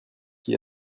qui